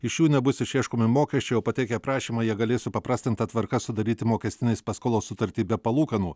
iš jų nebus išieškomi mokesčiai o pateikę prašymą jie galės supaprastinta tvarka sudaryti mokestinės paskolos sutartį be palūkanų